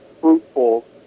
fruitful